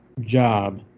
job